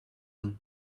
one